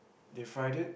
they fried